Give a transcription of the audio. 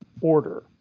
order